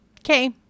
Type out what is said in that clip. Okay